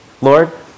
Lord